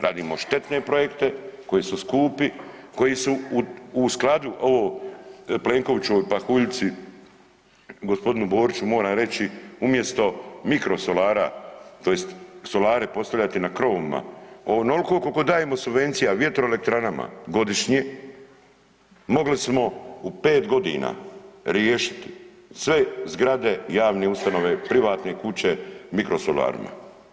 Radimo štetne projekte koji su skupi, koji su u skladu ovog Plenkovićevoj pahuljici gospodinu Boriću moram reći umjesto mikro solara, tj. solare postavljate na krovovima onoliko koliko dajemo solvencija vjetroelektranama godišnje mogli smo u pet godina riješiti sve zgrade javne ustanove, privatne kuće mikro solarima.